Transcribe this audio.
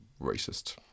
racist